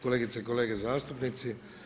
Kolegice i kolege zastupnici.